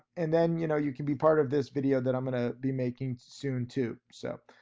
and then you know, you can be part of this video that i'm gonna be making soon, too so.